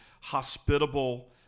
hospitable